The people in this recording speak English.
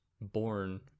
born